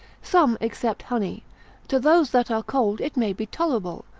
some except honey to those that are cold, it may be tolerable,